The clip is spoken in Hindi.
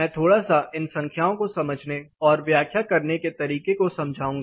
मैं थोड़ा सा इन संख्याओं को समझने और व्याख्या करने के तरीके को समझाऊंगा